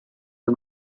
are